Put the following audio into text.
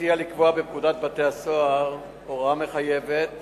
מציע לקבוע בפקודת בתי-הסוהר הוראה מחייבת